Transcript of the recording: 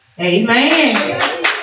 Amen